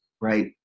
right